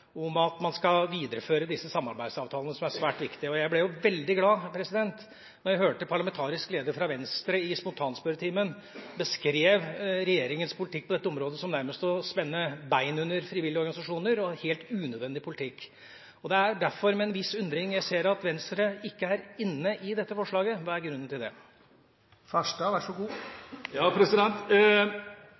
om at man skal videreføre disse samarbeidsavtalene, som er svært viktige. Jeg ble veldig glad da jeg hørte parlamentarisk leder i Venstre i spontanspørretimen beskrive regjeringens politikk på dette området som nærmest å spenne bein under frivillige organisasjoner, og helt unødvendig politikk. Det er derfor, med en viss undring, jeg ser at Venstre ikke er inne i dette forslaget. Hva er grunnen til